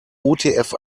utf